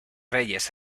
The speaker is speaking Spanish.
reyes